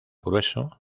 grueso